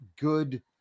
good